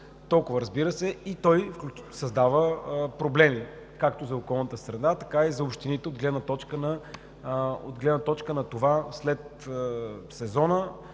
той създава проблеми както за околната среда, така и за общините от гледна точка на това след сезона